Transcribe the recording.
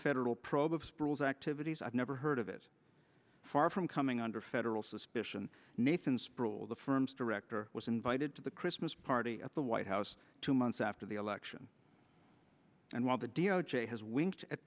federal probe of sproles activities i've never heard of is far from coming under federal suspicion nathan sproule the firm's director was invited to the christmas party at the white house two months after the election and while the d o j has winked at